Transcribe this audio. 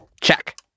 Check